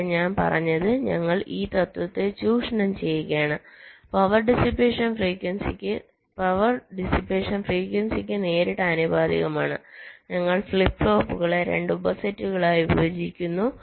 ഇവിടെ ഞാൻ പറഞ്ഞത് ഞങ്ങൾ ഈ തത്വത്തെ ചൂഷണം ചെയ്യുകയാണ് പവർ ഡിസ്പേഷൻ ഫ്രീക്വൻസിക്ക് നേരിട്ട് ആനുപാതികമാണ് ഞങ്ങൾ ഫ്ലിപ്പ് ഫ്ലോപ്പുകളെ 2 ഉപസെറ്റുകളായി വിഭജിക്കുന്നു